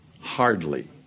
hardly